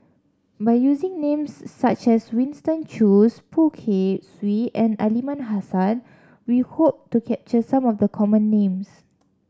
by using names such as Winston Choos Poh Kay Swee and Aliman Hassan we hope to capture some of the common names